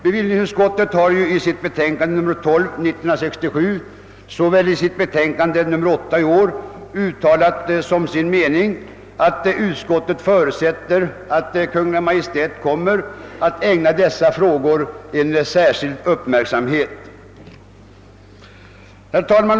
Bevillningsutskottet har såväl i sitt betänkande nr 12 1967 som i sitt betänkande nr 8 i år uttalat som sin mening att utskottet förutsätter att Kungl. Maj:t kommer att ägna dessa frågor särskild uppmärksamhet. Herr talman!